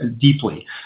deeply